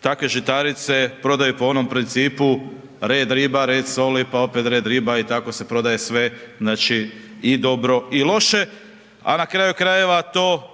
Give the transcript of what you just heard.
takve žitarice prodaju po onom principu, red riba, red soli, pa opet red riba i tako se prodaje sve i dobro i loše, a na kraju krajeva, to